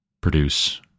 produce